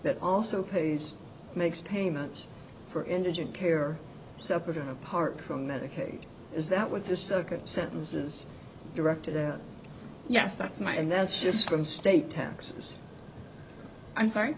that also pays makes payments for indigent care separate and apart from medicaid is that what this is a sentences direct to the yes that's my and that's just from state taxes i'm sorry